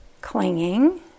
clinging